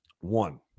One